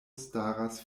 staras